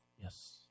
Yes